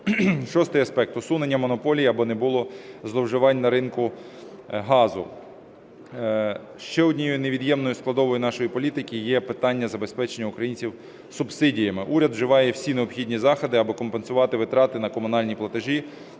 Шостий аспект. Усунення монополії, аби не було зловживань на ринку газу. Ще однією невід'ємною складовою нашої політики є питання забезпечення українців субсидіями. Уряд вживає всі необхідні заходи, аби компенсувати витрати на комунальні платежі